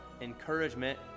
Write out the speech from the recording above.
encouragement